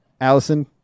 Allison